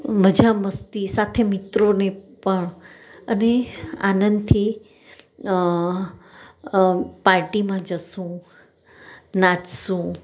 મઝા મસ્તી સાથે મિત્રોને પણ અને આનંદથી પાર્ટીમાં જઈશું નાચીશું